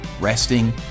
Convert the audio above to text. resting